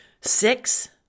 Six